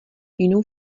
jinou